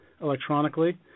electronically